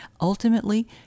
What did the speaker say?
Ultimately